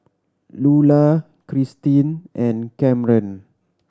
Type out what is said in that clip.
Lulah Cristin and Kamren